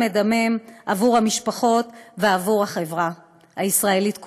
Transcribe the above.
מדמם עבור המשפחות ועבור החברה הישראלית כולה,